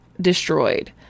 destroyed